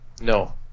No